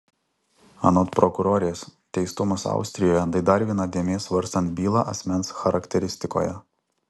anot prokurorės teistumas austrijoje tai dar viena dėmė svarstant bylą asmens charakteristikoje